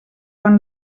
fan